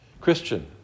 Christian